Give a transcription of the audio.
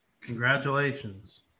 Congratulations